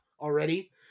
already